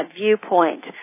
viewpoint